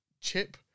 Chip